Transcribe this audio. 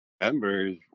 members